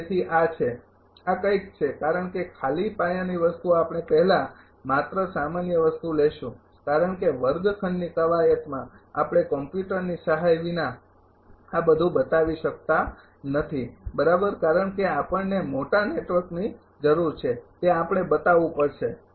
તેથી આ છે આ કંઈક છે કારણ કે ખાલી પાયાની વસ્તુ આપણે પહેલા માત્ર સામાન્ય વસ્તુ લેશું કારણ કે વર્ગખંડની કવાયતમાં આપણે કમ્પ્યુટરની સહાય વિના આ બધું બતાવી શકતા નથી બરાબર કારણ કે આપણને મોટા નેટવર્કની જરૂર છે તે આપણે બતાવવું પડશે